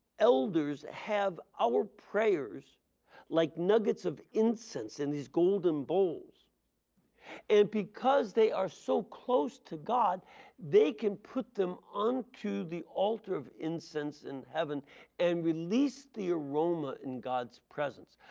elders have our prayers like nuggets of incense in these golden bowls and because they are so close to god they can put them on to the altar of incense in heaven and release the aroma in god's presence.